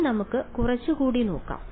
ഇനി നമുക്ക് കുറച്ചുകൂടി നോക്കാം